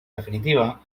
definitiva